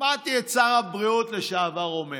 שמעתי את שר הבריאות לשעבר אומר